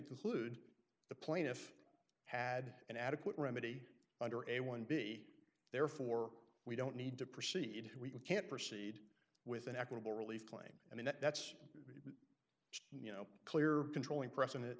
conclude the plaintiff had an adequate remedy under a one b therefore we don't need to proceed we can't proceed with an equitable relief claim and that's it you know clear controlling precedent